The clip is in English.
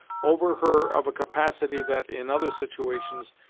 over her of a capacity that, in other situations,